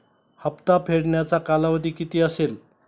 हप्ता फेडण्याचा कालावधी किती असेल?